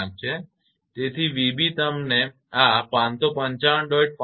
તેથી 𝑣𝑏 તમને આ 555